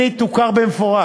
שנית, תוכר במפורש